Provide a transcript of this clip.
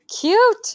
cute